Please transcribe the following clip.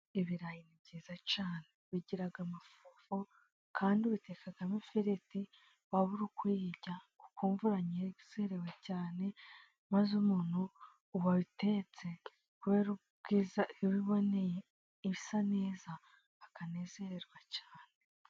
Ibirayi ni byiza cyane bigira amafufu kandi ubitekamo ifiriti, waba uri kuyirya ukumva uranezerewe cyane, maze umuntu wayitetse kubera ubwiza, iba iboneye, iba isa neza akanezererwa cyane.